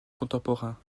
contemporain